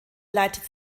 leitet